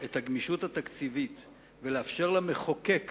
את הגמישות התקציבית ולאפשר למחוקק